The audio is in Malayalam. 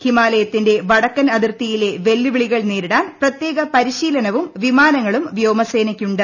ഹിമാലയത്തിന്റെ വടക്കൻ അതിർത്തിയിലെ വെല്ലുവിളികൾ നേരിടാൻ പ്രത്യേക പരിശീലനവും വിമാനങ്ങളും വ്യോമസേനയ്ക്കുണ്ട്